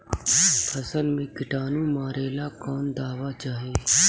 फसल में किटानु मारेला कौन दावा चाही?